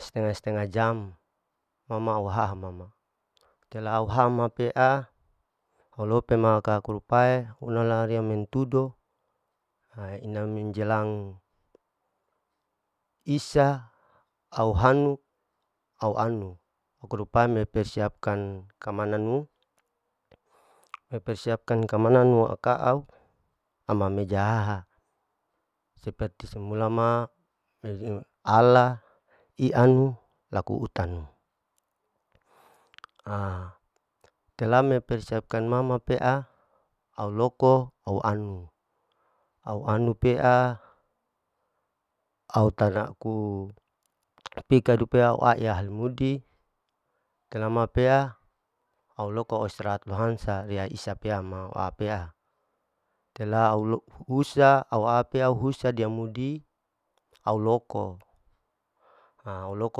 Stengah-stengah jam ma ma au haha mama, setelah au ha ma pea, au lope ma ka akurupae una la riya mentudo ina menjelang isa au hanu, au anu, hoku rupae mempersiapakan keamananu, mempersipkan keamananu aka au ama meja haha seperti semula ma ala ianu laku utanu. setelah mempersiapkan mama pea au loko au anu, au anu pea au tanaku pikadu pea aiya halamudi ite nama pea au loko au istrahat lohansa riya isa pea ma apea, setelah husa au hp lo husa dia mudi au loko, loko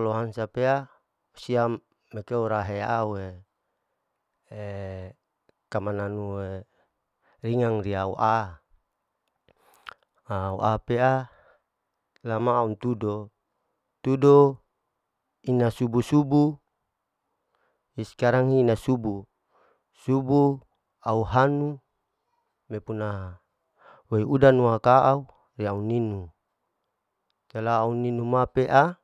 lohansa pea siam mereka ora heha we pea keamananmu ringan di aua. Aua pea, lama ontudo, tudo ina subuh subuh sekarang hina subuh, subuh au han mepuna weudan akaau riya au ninu, setelah auninu ma pea